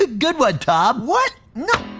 ah good one tom. what? no.